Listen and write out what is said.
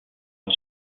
une